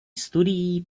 studií